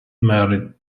married